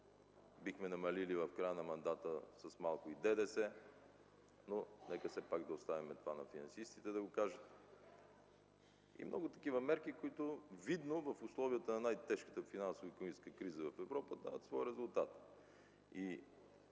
бихме намалили в края на мандата с малко и ДДС. Но нека все пак това финансистите да го кажат. И много такива мерки, които видно в условията на най-тежката икономическа криза в Европа дават своя резултат.